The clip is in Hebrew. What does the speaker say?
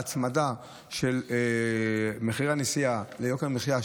ההצמדה של מחיר הנסיעה ליוקר המחיה,